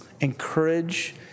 encourage